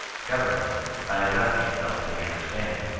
government, by addressing itself to the imderstanding,